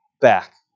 back